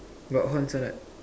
got horns or not